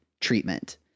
treatment